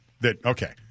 that—okay